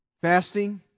Fasting